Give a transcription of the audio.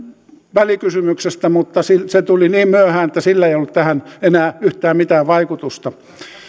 välikysymyksestä mutta se se tuli niin myöhään että sillä ei ollut tähän enää yhtään mitään vaikutusta